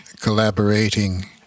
collaborating